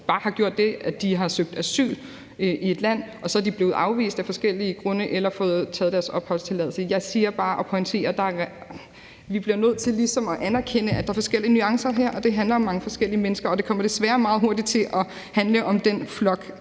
bare har gjort det, at de har søgt asyl i et land, og så er de blevet afvist af forskellige grunde eller har fået taget deres opholdstilladelse. Jeg siger bare og pointerer, at vi bliver nødt til ligesom at anerkende, at der er forskellige nuancer her, og det handler om mange forskellige mennesker, og det kommer desværre meget hurtigt til at handle om den flok,